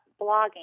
blogging